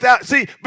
see